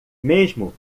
mesmo